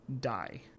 die